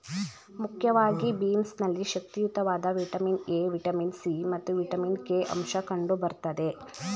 ಮುಖ್ಯವಾಗಿ ಬೀನ್ಸ್ ನಲ್ಲಿ ಶಕ್ತಿಯುತವಾದ ವಿಟಮಿನ್ ಎ, ವಿಟಮಿನ್ ಸಿ ಮತ್ತು ವಿಟಮಿನ್ ಕೆ ಅಂಶ ಕಂಡು ಬರ್ತದೆ